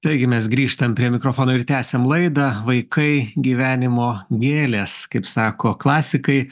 taigi mes grįžtam prie mikrofono ir tęsiam laidą vaikai gyvenimo gėlės kaip sako klasikai